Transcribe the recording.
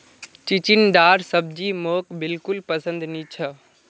चिचिण्डार सब्जी मोक बिल्कुल पसंद नी छ